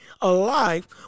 alive